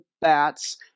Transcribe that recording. bats